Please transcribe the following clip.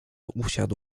usiadł